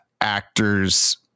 actors